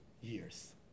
years